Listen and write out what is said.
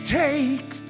take